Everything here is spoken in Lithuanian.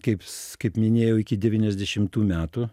kaip kaip minėjau iki devyniasdešimtų metų